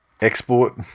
export